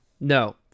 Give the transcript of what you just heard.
No